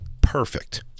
perfect